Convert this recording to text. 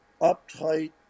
uptight